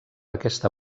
aquesta